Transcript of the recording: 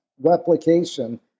replication